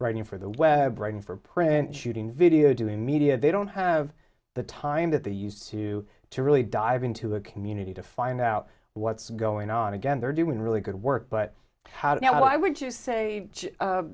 writing for the web writing for print shooting video doing media they don't have the time that they used to to really dive into the community to find out what's going on again they're doing really good work but how